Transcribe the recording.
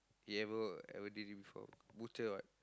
he ever ever did it before butcher what